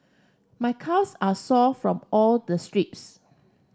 my calves are sore from all the sprints